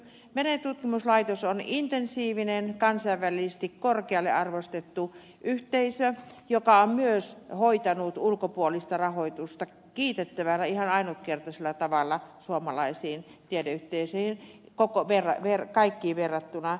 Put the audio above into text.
merentutkimuslaitos on intensiivinen kansainvälisesti korkealle arvostettu yhteisö joka on myös hoitanut ulkopuolista rahoitusta kiitettävällä ihan ainutkertaisella tavalla kaikkiin suomalaisiin tiedeyhteisöihin verrattuna